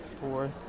four